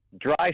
Dry